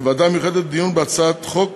הוועדה המיוחדת לדיון בהצעת חוק